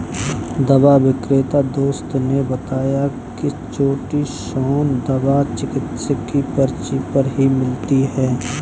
दवा विक्रेता दोस्त ने बताया की चीटोसोंन दवा चिकित्सक की पर्ची पर ही मिलती है